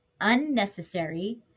unnecessary